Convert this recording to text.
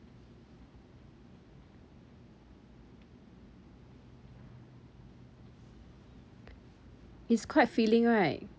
it's quite feeling right